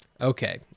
Okay